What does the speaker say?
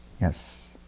Yes